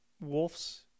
Wolves